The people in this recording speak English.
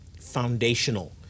foundational